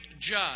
judge